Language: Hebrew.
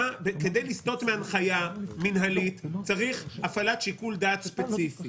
כדי לסטות מהנחיה מינהלית צריך הפעלת שיקול דעת ספציפי.